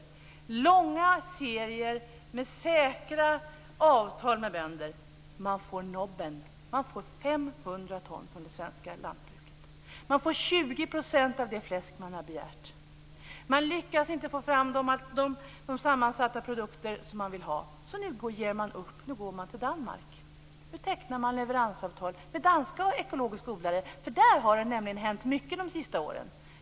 Det handlar om långa serier med säkra avtal med bönder, men de får nobben. De får 500 ton från det svenska lantbruket. Det är 20 % av det fläsk de har begärt. De lyckas inte att få fram de sammansatta produkter som de vill ha, så nu ger de upp och går till Danmark. Nu tecknar de leveransavtal med danska ekologiska odlare. Där har det nämligen hänt mycket under de senaste åren.